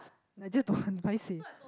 I just don't want paiseh